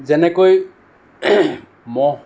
যেনেকৈ মহ